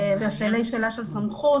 כאשר יש שאלה של סמכות,